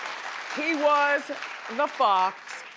he was the fox,